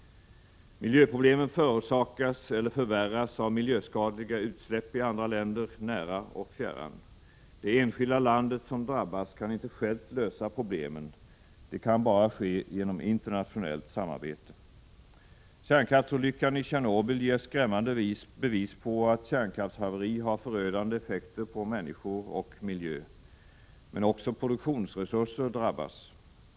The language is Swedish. Miljöproblemen förorsakas eller förvärras av miljöskadliga utsläpp i andra länder, nära och fjärran. Det enskilda landet som drabbas kan inte självt lösa problemen. Det kan bara ske genom internationellt samarbete. Kärnkraftsolyckan i Tjernobyl ger skrämmande bevis på att ett kärnkraftshaveri har förödande effekter på människor och miljö. Men också produktionsresurser drabbas.